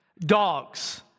Dogs